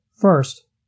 First